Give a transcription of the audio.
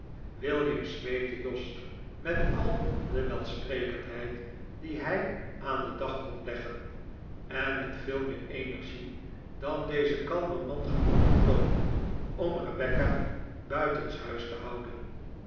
william smeekte jos met al de welsprekendheid die hij aan den dag kon leggen en met veel meer energie dan deze kalme man gewoonlijk toonde om rebecca buitenshuis te houden